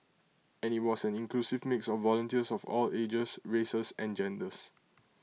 and IT was an inclusive mix of volunteers of all ages races and genders